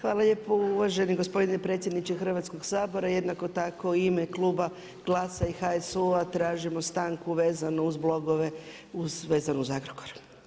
Hvala lijepo uvaženi gospodine predsjedniče Hrvatskog sabora, jednako tako u ime Kluba GLAS-a i HSU-a tražimo stanku vezano uz blogove, uz, vezano uz Agrokor.